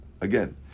Again